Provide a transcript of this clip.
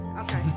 okay